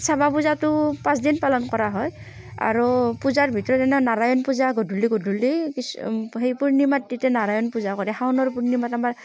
শ্যামা পূজাটো পাঁচদিন পালন কৰা হয় আৰু পূজাৰ ভিতৰত নাৰায়ণ পূজা গধূলি গধূলি কিছ সেই পূৰ্ণিমাত তেতিয়া নাৰায়ণ পূজা কৰে শাওণৰ পূৰ্ণিমাত আমাৰ